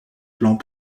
plans